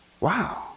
Wow